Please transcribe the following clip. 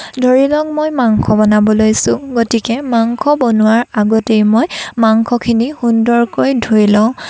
ধৰি লওক মই মাংস বনাবলৈ লৈছোঁ গতিকে মাংস বনোৱাৰ আগতেই মই মাংসখিনি সুন্দৰকৈ ধুই লওঁ